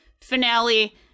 finale